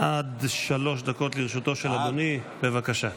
עד שלוש דקות לרשותו של אדוני, בבקשה.